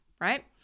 right